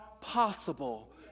possible